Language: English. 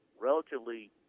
relatively